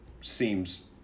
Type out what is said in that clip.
Seems